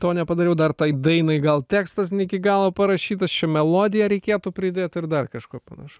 to nepadariau dar tai dainai gal tekstas ne iki galo parašytas čia melodiją reikėtų pridėt ir dar kažko panašaus